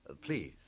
Please